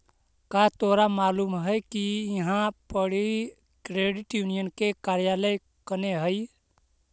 का तोरा मालूम है कि इहाँ पड़ी क्रेडिट यूनियन के कार्यालय कने हई?